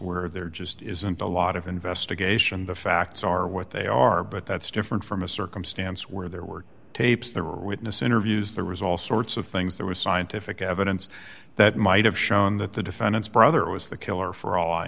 where there just isn't a lot of investigation the facts are what they are but that's different from a circumstance where there were tapes there were witness interviews there was all sorts of things there was scientific evidence that might have shown that the defendant's brother was the killer for all i